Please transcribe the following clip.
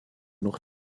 noch